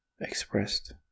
expressed